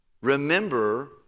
Remember